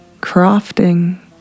crafting